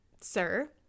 Sir